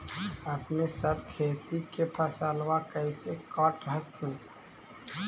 अपने सब खेती के फसलबा कैसे काट हखिन?